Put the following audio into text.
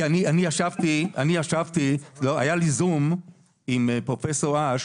אני ישבתי והיה לי זום עם פרופ' אש,